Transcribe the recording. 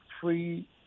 free